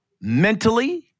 mentally